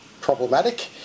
problematic